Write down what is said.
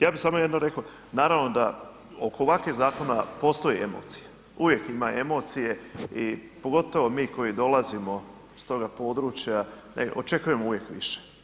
Ja bi samo jedno reko, naravno da oko ovakvih zakona postoje emocije, uvijek ima emocije i pogotovo mi koji dolazimo s toga područja očekujemo uvijek više.